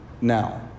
now